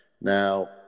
now